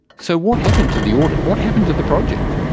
so what happened to the audit, what happened to the project?